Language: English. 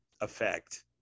effect